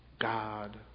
God